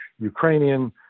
Ukrainian